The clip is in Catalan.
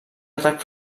atac